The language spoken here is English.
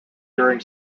during